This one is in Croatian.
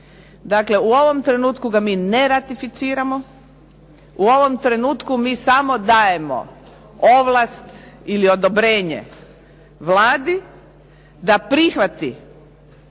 Dakle, u ovom trenutku ga mi ne ratificiramo. U ovom trenutku mi samo dajemo ovlast ili odobrenje Vladi da prihvati